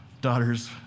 daughters